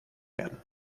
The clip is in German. werden